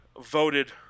voted